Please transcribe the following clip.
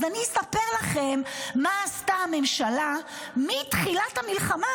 אז אני אספר לכם מה עשתה הממשלה מתחילת המלחמה,